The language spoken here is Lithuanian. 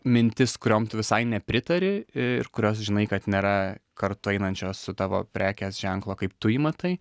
mintis kuriom tu visai nepritari ir kurios žinai kad nėra kartu einančios su tavo prekės ženklo kaip tu jį matai